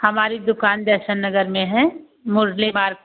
हमारी दुकान दर्शननगर में है मुरली मार्ग